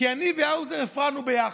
כי אני והאוזר הפרענו ביחד,